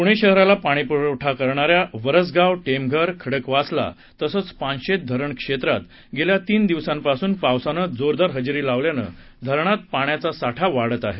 पुणे शहराला पाणीपुरवठा करणा या वरसगावटेमघरखडकवासला तसंच पानशेत धरण क्षेत्रात गेल्या तीन दिवसांपासुन पावसाने जोरदार हजेरी लावल्याने धरणात पाण्याचा साठा वाढत आहे